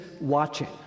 watching